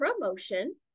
promotion